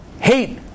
hate